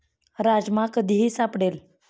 राजमा कधीही सापडेल